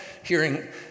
hearing